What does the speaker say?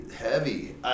heavy